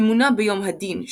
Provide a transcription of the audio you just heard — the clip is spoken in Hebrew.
אמונה ביום הדין,